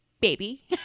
baby